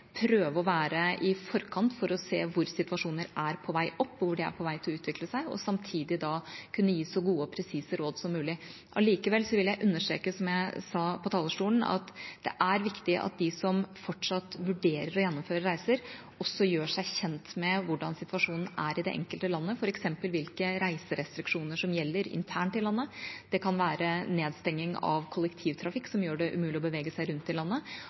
prøve å være i forkant for å se hvor situasjoner er på vei opp, og hvor de er på vei til å utvikle seg, og samtidig kunne gi så gode og presise råd som mulig. Allikevel vil jeg understreke, som jeg sa på talerstolen, at det er viktig at de som fortsatt vurderer å gjennomføre reiser, også gjør seg kjent med hvordan situasjonen er i det enkelte landet, f.eks. hvilke reiserestriksjoner som gjelder internt i landet – det kan være nedstenging av kollektivtrafikk, som gjør det umulig å bevege seg rundt i landet